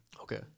Okay